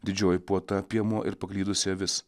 didžioji puota piemuo ir paklydusi avis